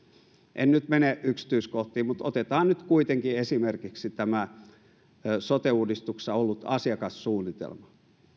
en nyt mene yksityiskohtiin mutta otetaan nyt kuitenkin esimerkiksi tämä sote uudistuksessa ollut asiakassuunnitelma